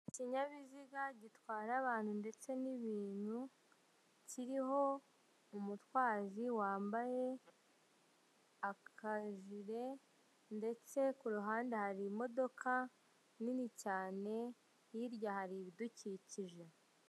Ikinyabiziga gitwara abantu ndetse n'ibintu kiriho umutwazi wambaye akajire ndetse kuruhande hari imodoka nini cyane hirya hari ibidukikije.